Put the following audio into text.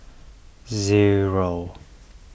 zero